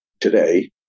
today